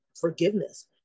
forgiveness